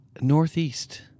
northeast